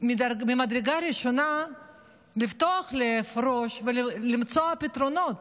ממדרגה ראשונה לפתוח את הלב והראש ולמצוא פתרונות.